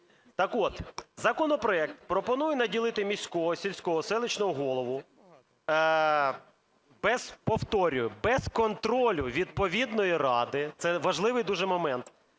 Так от, законопроект пропонує наділити міського, сільського, селищного голову без… повторюю, без контролю відповідної ради – це важливий дуже момент